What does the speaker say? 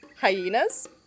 hyenas